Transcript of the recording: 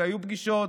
והיו פגישות,